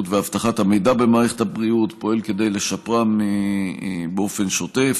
ואבטחת המידע במערכת הבריאות ופועל כדי לשפרם באופן שוטף.